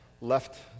left